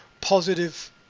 positive